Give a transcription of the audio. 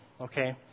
Okay